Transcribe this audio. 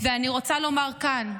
ואני רוצה לומר כאן: